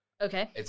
Okay